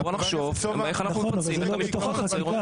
בוא נחשוב איך אנחנו --- חבר הכנסת סובה,